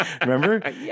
remember